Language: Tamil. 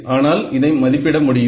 ஆனால் இதை மதிப்பிட முடியும்